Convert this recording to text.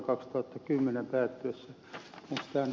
onko tämä nyt oikein viisasta